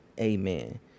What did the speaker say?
Amen